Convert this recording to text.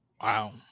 Wow